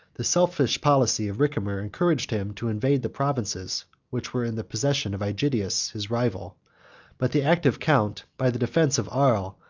the selfish policy of ricimer encouraged him to invade the provinces which were in the possession of aegidius, his rival but the active count, by the defence of arles,